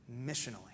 missionally